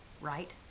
right